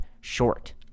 short